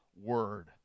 word